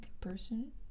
person